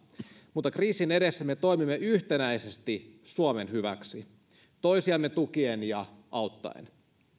mutta kriisin edessä me toimimme yhtenäisesti suomen hyväksi toisiamme tukien ja auttaen